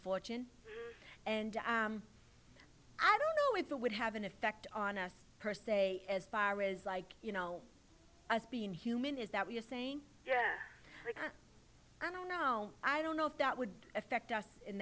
fortune and i don't know if that would have an effect on us per se as far as like you know as being human is that we're saying yeah i don't know i don't know if that would affect us in